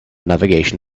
navigation